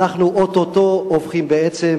אנחנו או-טו-טו הופכים בעצם,